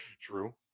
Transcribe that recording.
True